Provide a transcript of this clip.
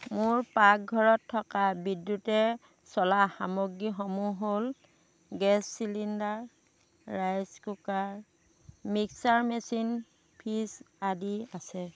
মোৰ পাকঘৰত থকা বিদ্যুতে চলা সামগ্ৰীসমূহ হ'ল gas cylinder rice cooker mixer machine fridge আদি আছে